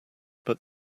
but